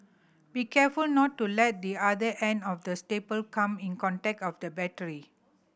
be careful not to let the other end of the staple come in contact of the battery